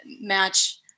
match